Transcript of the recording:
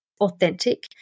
authentic